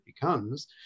becomes